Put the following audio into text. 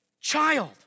child